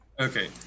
Okay